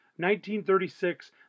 1936